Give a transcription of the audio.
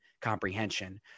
comprehension